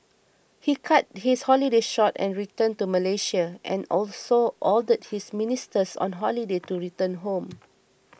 he cut his holiday short and returned to Malaysia and also ordered his ministers on holiday to return home